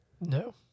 No